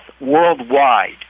worldwide